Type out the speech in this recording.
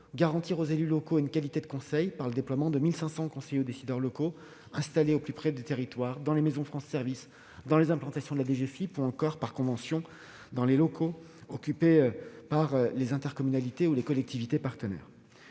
garantir aux élus locaux une qualité de conseil en déployant 1 500 conseillers aux décideurs locaux installés au plus près des territoires dans les maisons France Services, dans les implantations de la DGFiP ou encore dans les locaux occupés par les intercommunalités ou les collectivités partenaires